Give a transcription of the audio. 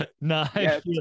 Nice